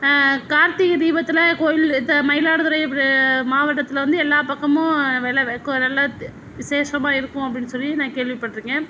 கார்த்திகை தீபத்தில் கோயில் மயிலாடுதுறை மாவட்டத்தில் வந்து எல்லா பக்கமும் நல்லா விசேஷமாக இருக்கும் அப்படினு சொல்லி நான் கேள்விப்பட்டிருக்கேன்